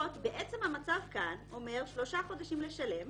המצב כאן אומר שלושה חודשים לשלם,